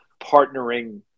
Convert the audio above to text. partnering